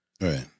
Right